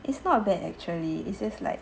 it's not bad actually it's just like